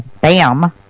BAM